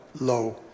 low